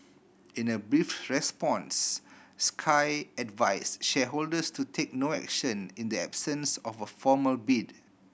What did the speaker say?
in a brief response Sky advise shareholders to take no action in the absence of a formal bid